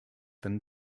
than